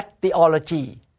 theology